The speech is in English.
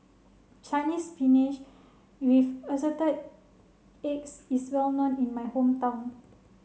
Chinese Spinach with Assorted Eggs is well known in my hometown